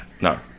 No